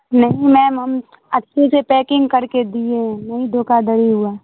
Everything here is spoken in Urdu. نہیں میم ہم اچھے سے پیکنگ کر کے دیے ہیں نہیں دھوکہ دھری ہوا